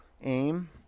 aim